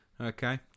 Okay